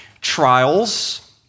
trials